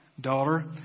daughter